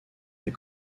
des